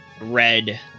Red